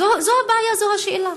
זאת הבעיה, זאת השאלה.